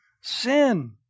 sin